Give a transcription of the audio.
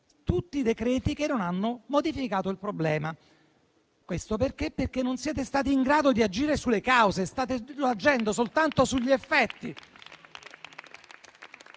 tutti decreti-legge che non hanno modificato il problema. Questo perché? Perché non siete stati in grado di agire sulle cause e state agendo soltanto sugli effetti.